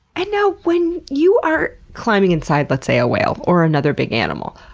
and now, when you are climbing inside, let's say, a whale, or another big animal,